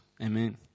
Amen